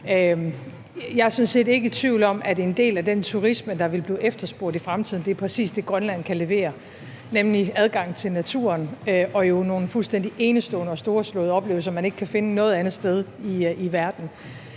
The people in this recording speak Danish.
Jeg er sådan set ikke i tvivl om, at en del af den turisme, der vil blive efterspurgt i fremtiden, præcis er det, som Grønland kan levere, nemlig adgang til naturen og jo nogle fuldstændig enestående og storslåede oplevelser, man ikke kan finde noget andet sted i verden.